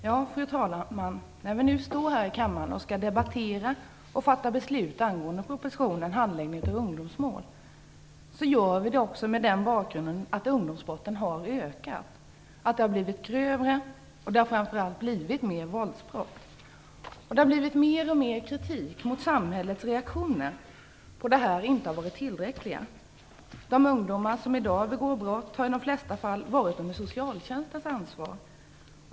Fru talman! När vi skall debattera och fatta beslut med anledning av propositionen om handläggningen av ungdomsmål, gör vi det med den bakgrunden att ungdomsbrotten har ökat, att de har blivit grövre och att det framför allt har blivit fler våldsbrott. Det har riktats mer och mer kritik mot samhällets reaktioner, att de inte varit tillräckliga. De ungdomar som i dag begår brott har i de flesta fall varit under socialtjänstens ansvar.